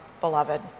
beloved